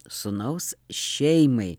sūnaus šeimai